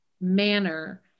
manner